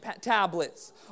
tablets